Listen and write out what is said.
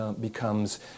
becomes